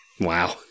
Wow